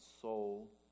soul